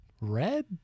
red